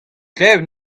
klevet